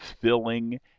filling